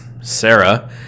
Sarah